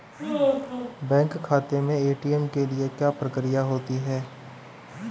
Bank खाते में ATM के लिए क्या प्रक्रिया होती है?